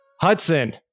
Hudson